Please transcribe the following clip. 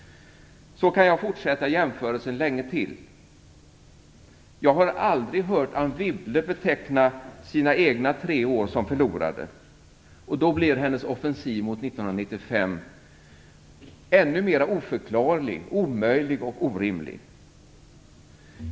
Så kan jag fortsätta jämförelsen länge till. Jag har aldrig hört Anne Wibble beteckna sina egna tre år som förlorade, och då blir hennes offensiv mot 1995 ännu mera oförklarlig, omöjlig och orimlig.